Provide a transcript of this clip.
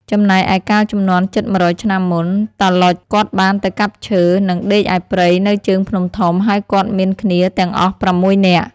ចំំណែកឯកាលជំនាន់ជិត១០០ឆ្នាំមុន តាឡុចគាត់បានទៅកាប់ឈើ និងដេកឯព្រៃនៅជើងភ្នំធំ ហើយគាត់មានគ្នាទាំងអស់៦នាក់ ។